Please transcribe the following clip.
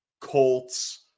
Colts